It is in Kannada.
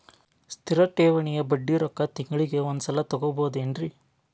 ಸ್ಥಿರ ಠೇವಣಿಯ ಬಡ್ಡಿ ರೊಕ್ಕ ತಿಂಗಳಿಗೆ ಒಂದು ಸಲ ತಗೊಬಹುದೆನ್ರಿ?